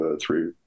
three